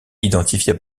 identifiée